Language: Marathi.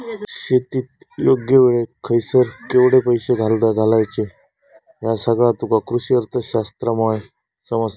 शेतीत योग्य वेळेक खयसर केवढे पैशे घालायचे ह्या सगळा तुका कृषीअर्थशास्त्रामुळे समजता